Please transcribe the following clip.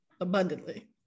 abundantly